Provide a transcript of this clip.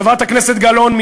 חברת הכנסת גלאון,